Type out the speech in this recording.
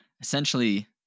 essentially